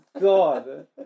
God